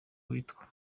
witwa